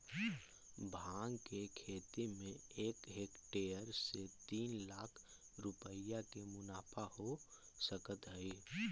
भाँग के खेती में एक हेक्टेयर से तीन लाख रुपया के मुनाफा हो सकऽ हइ